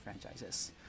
franchises